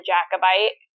Jacobite